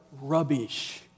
rubbish